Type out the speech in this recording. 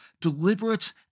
deliberate